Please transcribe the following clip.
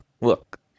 look